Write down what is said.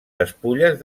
despulles